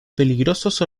peligrosos